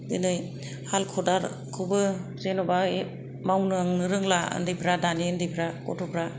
दिनै हाल खदालखौबो जेनबा मावनांनो रोंला उन्दैफ्रा दानि उन्दैफ्रा गथ'फ्रा